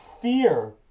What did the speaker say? fear